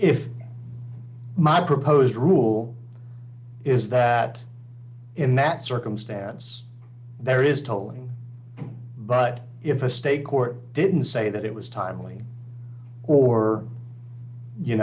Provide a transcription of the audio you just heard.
if my proposed rule is that in that circumstance there is tolling but if a state court didn't say that it was timely or you